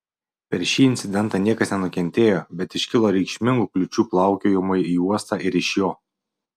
per šį incidentą niekas nenukentėjo bet iškilo reikšmingų kliūčių plaukiojimui į uostą ir iš jo